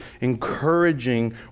encouraging